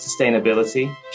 sustainability